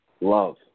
Love